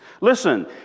Listen